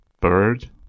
bird